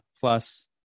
plus